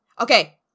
Okay